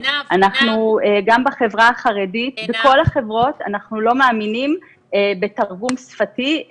גם בחברה החרדית ובכל החברות אנחנו לא מאמינים בתרגום שפתי,